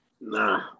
Nah